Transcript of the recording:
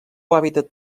hàbitat